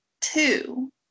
two